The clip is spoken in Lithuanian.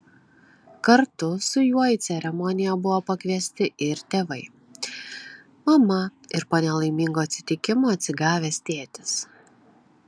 kartu su juo į ceremoniją buvo pakviesti ir tėvai mama ir po nelaimingo atsitikimo atsigavęs tėtis